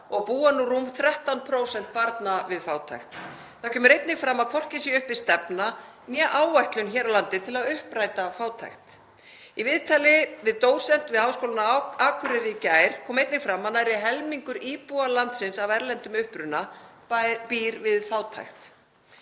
og búa nú rúm 13% barna við fátækt. Þar kemur einnig fram að hvorki sé uppi stefna né áætlun hér á landi til að uppræta fátækt. Í viðtali við dósent við Háskólann á Akureyri í gær kom einnig fram að nærri helmingur íbúa landsins af erlendum uppruna býr við fátækt.